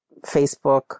Facebook